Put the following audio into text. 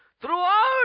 throughout